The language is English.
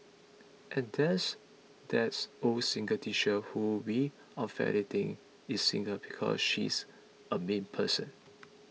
and there's that's old single teacher who we unfairly think is single because she's a mean person